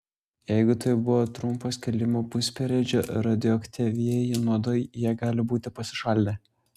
jeigu tai buvo trumpo skilimo pusperiodžio radioaktyvieji nuodai jie gali būti pasišalinę